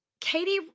Katie